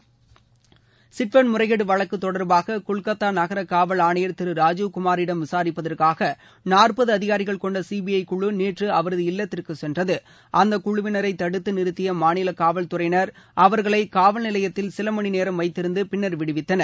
Saradha chit fund முறைகேடு வழக்கு தொடர்பாக கொல்கத்தா நகர காவல் ஆணையர் திரு ராஜீவ் குமாரிடம் விசாரிப்பதற்காக நாற்பது அதிகாரிகள் கொண்ட சிபிஐ குழு நேற்று அவரது இல்லத்திற்குச் சென்றது அந்த குழுவினரை தடுத்து நிறுத்திய மாநில காவல்துறையினர் அவர்களை காவல் நிலையத்தில் சில மணி நேரம் வைத்திருந்து பின்னர் விடுவித்தனர்